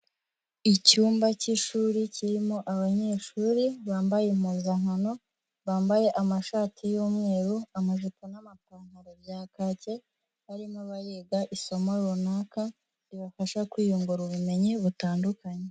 Icyumba cy'ishuri kirimo abanyeshuri bambaye impuzankano, bambaye amashati y'umweru, amajipo n'amapantaro bya kake, barimo bariga isomo runaka, ribafasha kwiyungura ubumenyi butandukanye.